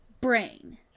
brain